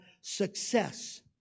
success